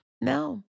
no